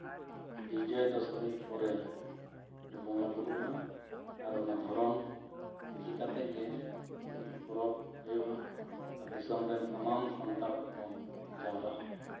ᱵᱤᱡᱚᱭᱟ ᱫᱚᱥᱚᱢᱤ ᱯᱚᱨᱮ ᱵᱚᱸᱜᱟᱼᱵᱩᱨᱩᱜᱼᱟ ᱟᱨ ᱚᱱᱟ ᱫᱷᱚᱨᱚᱢ ᱤᱫᱤ ᱠᱟᱛᱮᱫ ᱜᱮ ᱢᱤᱫ ᱯᱚᱨᱚᱵᱽ ᱦᱩᱭᱩᱜᱼᱟ ᱟᱨ ᱫᱤᱥᱚᱢ ᱨᱮᱱ ᱥᱟᱱᱟᱢ ᱥᱟᱱᱛᱟᱲ ᱠᱚᱠᱚ ᱡᱟᱣᱨᱟᱜᱼᱟ